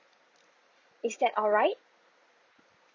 is that alright